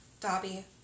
Dobby